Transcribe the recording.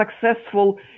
successful